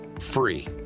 Free